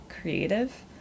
creative